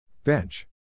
Bench